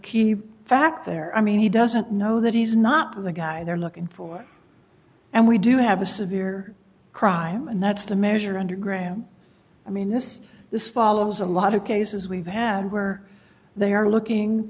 key fact there i mean he doesn't know that he's not the guy they're looking for and we do have a severe crime and that's the measure under graeme i mean this this follows a lot of cases we've had where they are looking